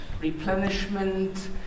replenishment